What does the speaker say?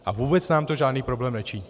A vůbec nám to žádný problém nečiní.